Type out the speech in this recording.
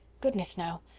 goodness, no.